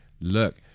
look